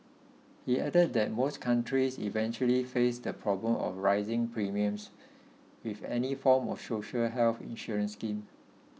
he added that most countries eventually face the problem of rising premiums with any form of social health insurance scheme